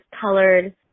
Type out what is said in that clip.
Colored